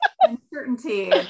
uncertainty